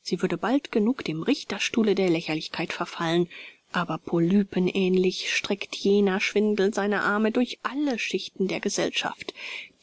sie würde bald genug dem richterstuhle der lächerlichkeit verfallen sein aber polypenähnlich streckt jener schwindel seine arme durch alle schichten der gesellschaft